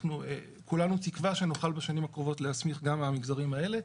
כולנו תקווה שנוכל בשנים הקרובות להסמיך גם מהמגזרים האלה,